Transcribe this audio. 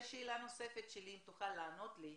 ושאלה נוספת שלי, אם תוכל לענות לי,